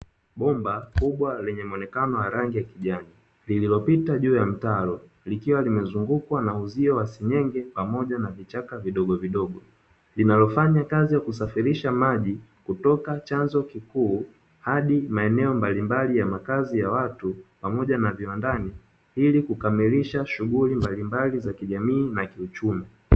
Bomba kubwa lenye muonekano wa rangi ya kijani lililopita juu ya mtaro likiwa limezungukwa na uzio wa sanyenge pamoja na vichaka vidogovidogo, linalofanyakazi ya kusafirisha maji kutoka chanzo kikuu hadi maeneo mbalimbali ya makazi ya watu pamoja na viwandani ili kukamilisha shughuli mbalimbali za kijamii na kiuchumi.